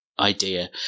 idea